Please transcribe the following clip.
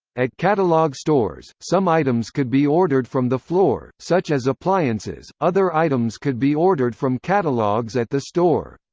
at catalog stores, some items could be ordered from the floor, such as appliances other items could be ordered from catalogs at the store.